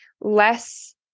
less